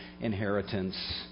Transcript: inheritance